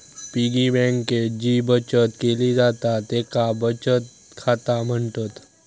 piggy बँकेत जी बचत केली जाता तेका बचत खाता म्हणतत